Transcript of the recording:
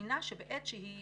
וציינה שבעת שהיא